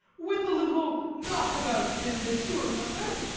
with a little knockabout business you remember?